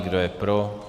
Kdo je pro.